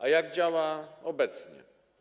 A jak działa obecnie?